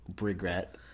regret